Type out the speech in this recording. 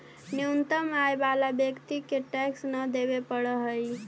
न्यूनतम आय वाला व्यक्ति के टैक्स न देवे पड़ऽ हई